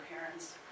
parents